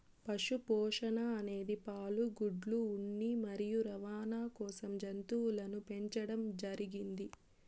పశు పోషణ అనేది పాలు, గుడ్లు, ఉన్ని మరియు రవాణ కోసం జంతువులను పెంచండం జరిగింది